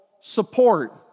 support